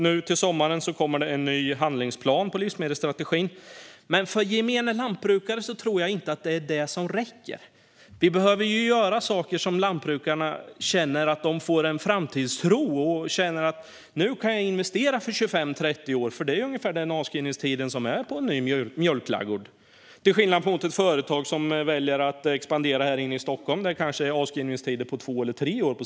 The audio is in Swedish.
Nu till sommaren kommer det en ny handlingsplan för livsmedelsstrategin. Men för lantbrukaren i gemen tror jag inte att detta räcker. Vi behöver göra saker som ger lantbrukarna en framtidstro och gör att de känner att de nu kan investera för 25-30 år framåt - för det är ungefär avskrivningstiden för en ny mjölkladugård. Ett företag som väljer att expandera här i Stockholm, däremot, har en avskrivningstid på kanske två eller tre år.